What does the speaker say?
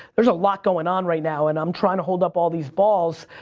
there's a lot going on right now and i'm trying to hold up all these balls,